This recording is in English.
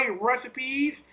recipes